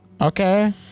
okay